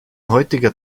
heutiger